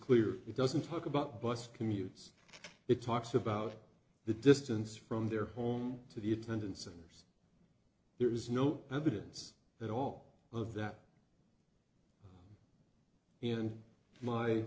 clear it doesn't talk about bus commutes it talks about the distance from their home to the attendance and there's there is no evidence that all of that and my